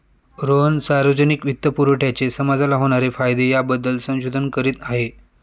रोहन सार्वजनिक वित्तपुरवठ्याचे समाजाला होणारे फायदे याबद्दल संशोधन करीत आहे